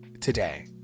today